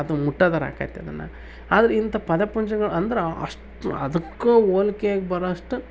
ಅಥ್ವ ಮುಟ್ಟೋದರೆ ಆಗತ್ತ ಅದನ್ನು ಆದ್ರೆ ಇಂಥ ಪದ ಪುಂಜಗಳು ಅಂದ್ರೆ ಅಷ್ಟು ಅದಕ್ಕೂ ಹೋಲ್ಕೆಗ್ ಬರೋ ಅಷ್ಟು